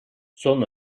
son